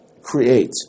create